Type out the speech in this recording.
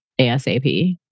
ASAP